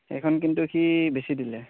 সেইখন কিন্তু সি বেচি দিলে